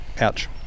ouch